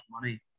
money